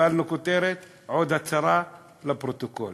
קיבלנו כותרת, עוד הצהרה לפרוטוקול.